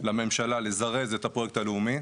לממשלה לזרז את הפרויקט הלאומי.